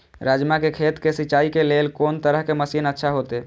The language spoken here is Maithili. राजमा के खेत के सिंचाई के लेल कोन तरह के मशीन अच्छा होते?